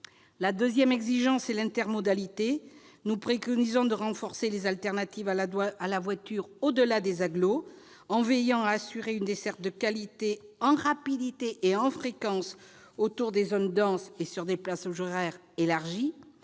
deuxième exigence porte sur l'intermodalité. Nous préconisons de renforcer les alternatives à la voiture au-delà des coeurs d'agglomération, en veillant à assurer une desserte de qualité, en rapidité et en fréquence autour des zones denses et sur des plages horaires élargies,